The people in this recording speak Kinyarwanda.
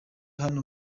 hano